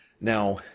Now